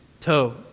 toe